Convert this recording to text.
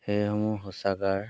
সেইসমূহ শৌচাগাৰ